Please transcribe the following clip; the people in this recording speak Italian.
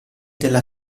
della